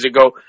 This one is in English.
ago